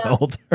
older